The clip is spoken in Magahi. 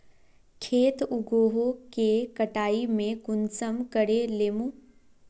खेत उगोहो के कटाई में कुंसम करे लेमु?